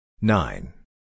Nine